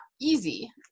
easy